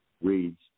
reads